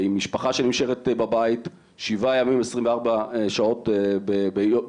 עם משפחה שנשארת בבית, שבעה ימים, 24 שעות ביממה.